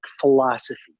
philosophy